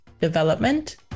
development